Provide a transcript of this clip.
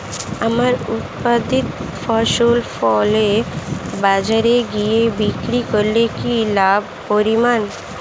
আমার উৎপাদিত ফসল ফলে বাজারে গিয়ে বিক্রি করলে কি লাভের পরিমাণ?